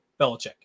Belichick